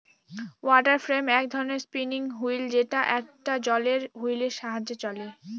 water frame এক ধরনের spinning wheel যেটা একটা জলের হুইলের সাহায্যে চলে